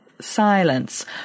silence